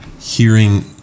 hearing